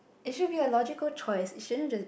it should be a logical choice it shouldn't